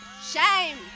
Shame